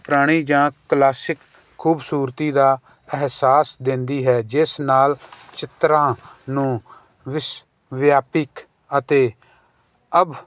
ਪੁਰਾਣੀ ਜਾਂ ਕਲਾਸਿਕ ਖੂਬਸੂਰਤੀ ਦਾ ਅਹਿਸਾਸ ਦਿੰਦੀ ਹੈ ਜਿਸ ਨਾਲ ਚਿੱਤਰਾਂ ਨੂੰ ਵਿਸ ਵਿਆਪਿਕ ਅਤੇ ਅਵ